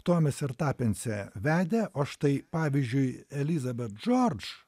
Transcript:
tomis ir tapensė vedę o štai pavyzdžiui elizabet džordž